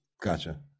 gotcha